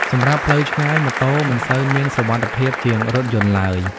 សម្រាប់ផ្លូវឆ្ងាយ ម៉ូតូ មិនសូវមានសុវត្ថិភាព ជាងរថយន្តឡើយ។